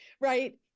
right